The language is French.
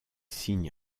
signe